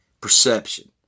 Perception